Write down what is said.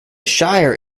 shire